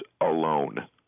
alone